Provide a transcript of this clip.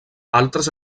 altres